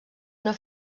una